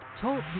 talk